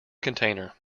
container